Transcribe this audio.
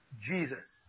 Jesus